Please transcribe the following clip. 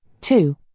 Two